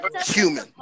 human